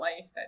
life